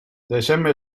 december